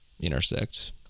intersect